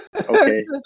Okay